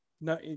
No